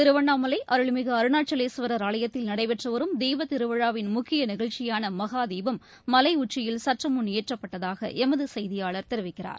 திருவண்ணாமலை அருள்மிகு அருணாச்சலேஸ்வரா் ஆலயத்தில் நடைபெற்று வரும் தீபதிருவிழாவின் முக்கிய நிகழ்ச்சியான மகாதீபம் மலை உச்சியில் சற்றுமுன் ஏற்றப்பட்டதாக எமது செய்தியாளர் தெரிவிக்கிறார்